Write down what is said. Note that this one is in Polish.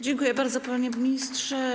Dziękuję bardzo, panie ministrze.